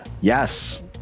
Yes